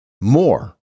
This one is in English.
more